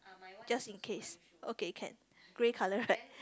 just in case okay can grey colour right